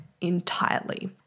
entirely